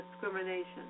discrimination